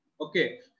Okay